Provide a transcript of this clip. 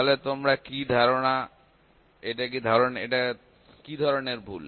তাহলে তোমাদের কি ধারনা এটা কি ধরনের ভুল